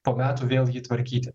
po metų vėl jį tvarkyti